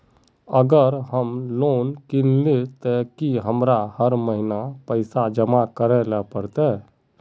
अगर हम लोन किनले ते की हमरा हर महीना पैसा जमा करे ले पड़ते?